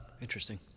Interesting